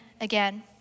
again